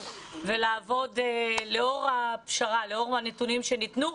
ולעבוד לאור הפשרה ולאור הנתונים שניתנו.